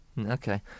Okay